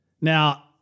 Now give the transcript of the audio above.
Now